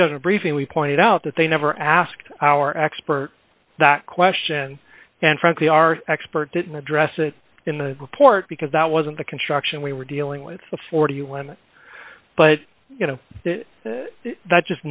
judgment briefing we pointed out that they never asked our expert that question and frankly our expert didn't address it in the report because that wasn't the construction we were dealing with before you went but you know that just